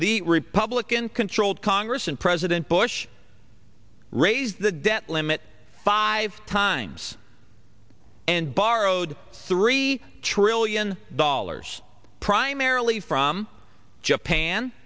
the republican controlled congress and president bush raised the debt limit five times and borrowed three trillion dollars primarily from japan